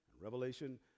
Revelation